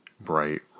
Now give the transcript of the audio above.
bright